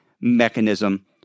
mechanism